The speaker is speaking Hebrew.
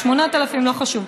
8,000. לא חשוב,